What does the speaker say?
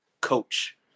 coach